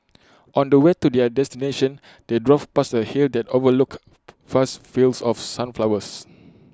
on the way to their destination they drove past A hill that overlooked vast fields of sunflowers